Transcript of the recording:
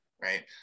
right